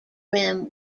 rim